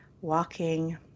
walking